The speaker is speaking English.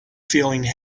feeling